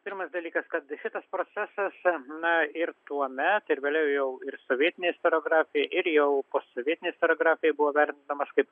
pirmas dalykas kad šitas procesą na ir tuomet ir vėliau jau ir sovietinėj istoriografijoj ir jau posovietinėj istoriografijoj buvo vertinamas kaip